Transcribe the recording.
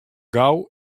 gau